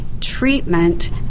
treatment